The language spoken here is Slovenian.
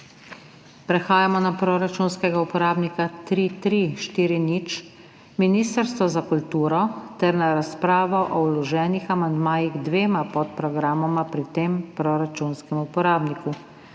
Prehajamo na proračunskega uporabnika 3340 Ministrstvo za kulturo ter na razpravo o vloženih amandmajih k dvema podprogramoma pri tem proračunskem uporabniku.